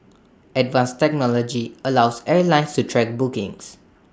advanced technology allows airlines to track bookings